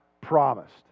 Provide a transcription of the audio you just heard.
promised